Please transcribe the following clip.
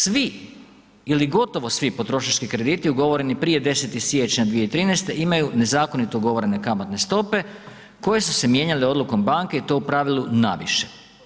Svi ili gotovo svi potrošački krediti ugovoreni prije 10. siječnja 2013. imaju nezakonito ugovorene kamatne stope, koje su se mijenjale odlukom banke i to u pravilu na više.